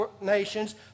nations